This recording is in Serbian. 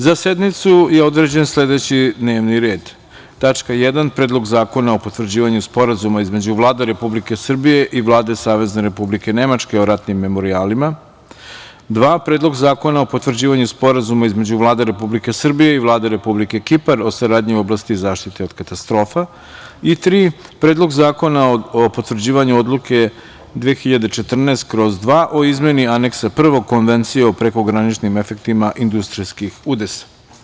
Za sednicu je određen sledeći: D n e v n i r e d: Predlog zakona o potvrđivanju Sporazuma između Vlade Republike Srbije i Vlade Savezne Republike Nemačke o ratnim memorijalima, Predlog zakona o potvrđivanju Sporazuma između Vlade Republike Srbije i Vlade Republike Kipar o saradnji u oblasti zaštite od katastrofa, Predlog zakona o potvrđivanju Odluke 2014/2 o izmeni Aneksa I Konvencije o prekograničnim efektima industrijskih udesa.